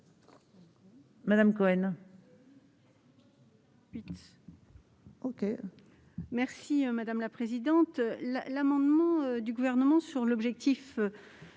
Madame Cohen,